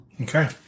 Okay